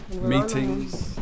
meetings